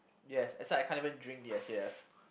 yes that's why I can't even drink the S_A_F